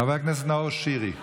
חבר הכנסת נאור שירי.